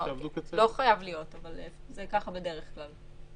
לא חייב להיות, אבל זה ככה בדרך כלל.